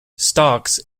stocks